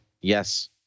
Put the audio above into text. Yes